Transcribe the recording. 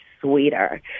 sweeter